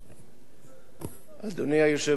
אדוני היושב-ראש,